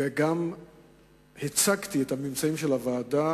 וגם הצגתי את הממצאים של הוועדה